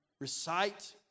recite